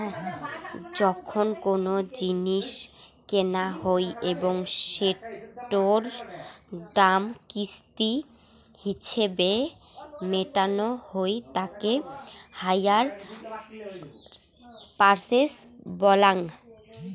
যখন কোনো জিনিস কেনা হই এবং সেটোর দাম কিস্তি হিছেবে মেটানো হই তাকে হাইয়ার পারচেস বলাঙ্গ